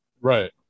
right